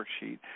worksheet